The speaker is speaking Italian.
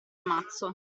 mazzo